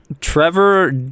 Trevor